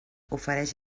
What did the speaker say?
ofereix